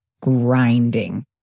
grinding